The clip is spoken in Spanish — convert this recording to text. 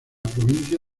provincia